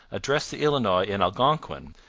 addressed the illinois in algonquin,